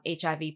HIV